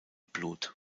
blut